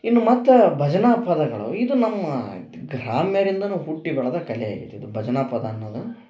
ಇನ್ನು ಮತ್ತು ಭಜನಾ ಪದಗಳು ಇದು ನಮ್ಮ ಗ್ರಾಮ್ಯರಿಂದನು ಹುಟ್ಟಿ ಬೆಳೆದ ಕಲೆ ಇದು ಇದು ಭಜನಾ ಪದ ಅನ್ನುದ